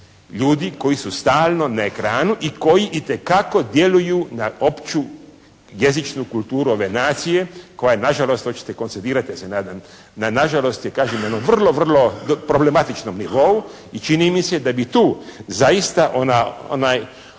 ljudi koji su stalno na ekranu i koji itekako djeluju na opću jezičnu kulturu ove nacije koja je na žalost … /Ne razumije se./ … na žalost je kažem na jednom vrlo vrlo problematičnom nivou i čini mi se da bi tu zaista onaj